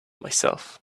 myself